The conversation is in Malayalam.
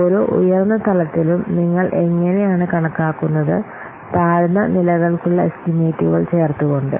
ഓരോ ഉയർന്ന തലത്തിലും നിങ്ങൾ എങ്ങനെയാണ് കണക്കാക്കുന്നത് താഴ്ന്ന നിലകൾക്കുള്ള എസ്റ്റിമേറ്റുകൾ ചേർത്തുകൊണ്ട്